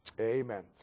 amen